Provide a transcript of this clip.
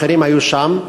אחרים היו שם.